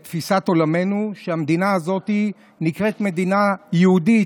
תפיסת עולמנו שהמדינה הזאת נקראת מדינה יהודית,